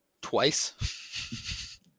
twice